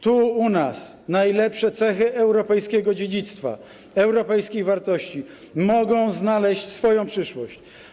Tu, u nas, najlepsze cechy europejskiego dziedzictwa, europejskich wartości mogą znaleźć swoją przyszłość.